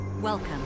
Welcome